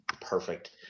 perfect